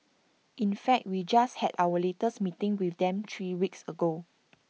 in fact we just had our latest meeting with them three weeks ago